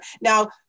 Now